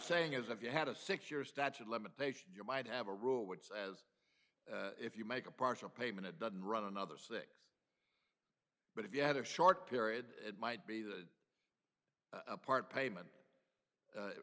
saying is if you had a six year statue of limitations you might have a rule which says if you make a partial payment it doesn't run another six but if you had a short period it might be that a part payment